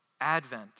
Advent